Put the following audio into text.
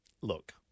Look